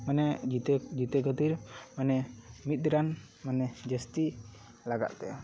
ᱢᱟᱱᱮ ᱡᱤᱛᱟᱹ ᱡᱤᱛᱟᱹ ᱠᱷᱟᱹᱛᱤᱨ ᱢᱟᱱᱮ ᱢᱤᱫ ᱨᱟᱱ ᱢᱟᱱᱮ ᱡᱟᱹᱥᱛᱤ ᱞᱟᱜᱟᱜ ᱛᱟᱭᱟ